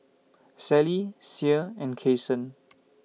Sally Sie and Kason